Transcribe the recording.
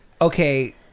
Okay